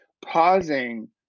pausing